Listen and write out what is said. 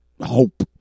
hope